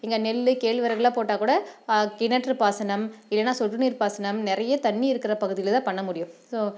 இங்கே நெல் கேழ்வரகுலாம் போட்டால்கூட கிணற்றுப் பாசனம் இல்லேனால் சொட்டுநீர் பாசனம் நிறைய தண்ணி இருக்கிற பகுதியில் தான் பண்ண முடியும் ஸோ